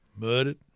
murdered